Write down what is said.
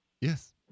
Yes